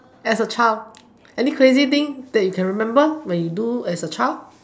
as a child any crazy thing that you can remember when you do as a child